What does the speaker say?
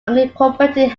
unincorporated